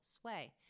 sway